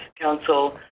Council